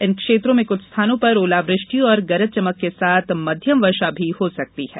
इन क्षेत्रों में कृछ स्थानों पर ओलावृष्टि और गरज के साथ मध्यम वर्षा भी हो सकती है